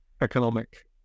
economic